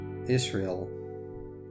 Israel